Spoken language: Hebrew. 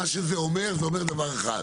מה שזה אומר זה אומר דבר אחד,